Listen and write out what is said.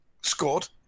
scored